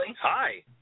Hi